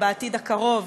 בעתיד הקרוב,